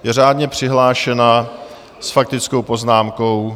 Je řádně přihlášena s faktickou poznámkou.